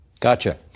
gotcha